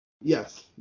Yes